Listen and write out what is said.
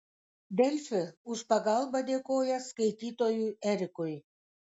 delfi už pagalbą dėkoja skaitytojui erikui